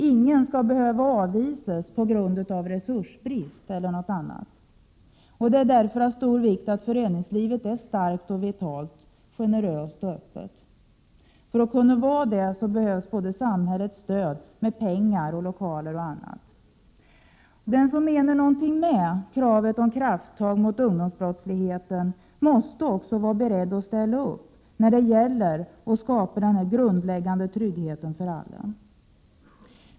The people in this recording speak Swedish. Ingen skall behöva avvisas på grund av resursbrist eller annat. Det är därför av stor vikt att föreningslivet är starkt och vitalt, generöst och öppet. För att kunna vara det behövs samhällets stöd av pengar, lokaler och annat. Den som menar någonting med talet om krafttag mot ungdomsbrottsligheten måste också vara beredd att ställa upp när det gäller att skapa den grundläggande tryggheten för alla.